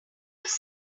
was